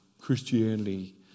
Christianity